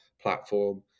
platform